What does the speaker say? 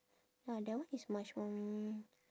ya that one is much more